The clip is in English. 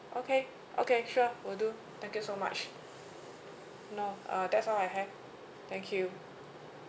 okay okay sure will do thank you so much no uh that's all I have thank you